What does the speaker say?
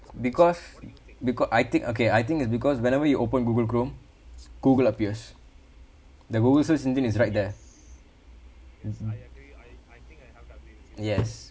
because beca~ I think okay I think is because whenever you open google chrome google appears the google search engine is right there yes